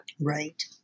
Right